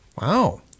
Wow